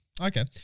okay